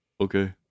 Okay